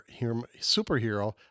superhero